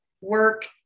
work